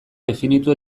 definitu